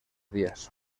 días